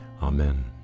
Amen